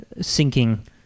sinking